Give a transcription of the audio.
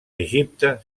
egipte